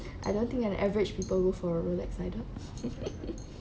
I don't think an average people go for a rolex either